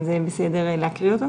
זה בסדר להקריא אותו?